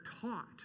taught